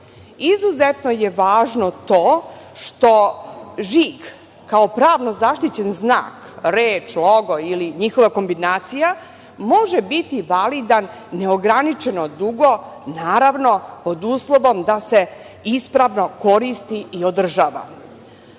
lica. Izuzetno je važno to što žig kao pravno zaštićen znak, reč, logo ili njihova kombinacija može biti validan neograničeno dugo naravno pod uslovom da se ispravno koristi i održava.